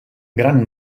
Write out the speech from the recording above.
gran